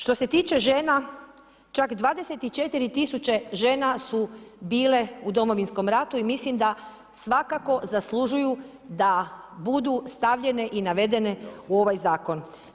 Što se tiče žena čak 24000 žena su bile u Domovinskom ratu i mislim da svakako zaslužuju da budu stavljene i navedene u ovaj zakon.